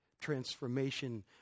transformation